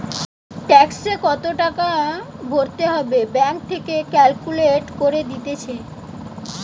ট্যাক্সে কত টাকা ভরতে হবে ব্যাঙ্ক থেকে ক্যালকুলেট করে দিতেছে